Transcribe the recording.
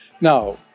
Now